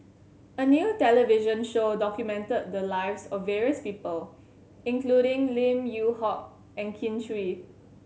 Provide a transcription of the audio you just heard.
a new television show documented the lives of various people including Lim Yew Hock and Kin Chui